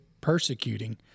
persecuting